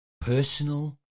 Personal